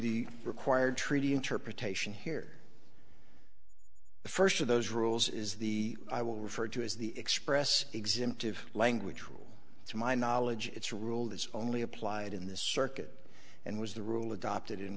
the required treaty interpretation here the first of those rules is the i will refer to as the express exempt of language rule to my knowledge its rule is only applied in this circuit and was the rule adopted in